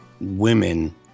women